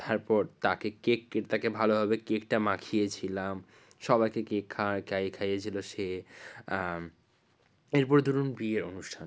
তারপর তাকে কেক কেটে তাকে ভালোভাবে কেকটা মাখিয়েছিলাম সবাইকে কেক খাইয়েছিলো সে এরপরে ধরুন বিয়ের অনুষ্ঠান